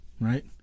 right